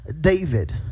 David